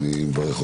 להתייחס